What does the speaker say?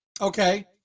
okay